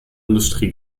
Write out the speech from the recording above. industrie